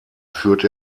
führt